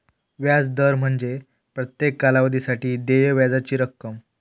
व्याज दर म्हणजे प्रत्येक कालावधीसाठी देय व्याजाची रक्कम